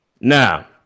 Now